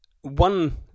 one